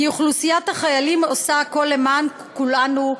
כי אוכלוסיית החיילים עושה הכול למען כולנו,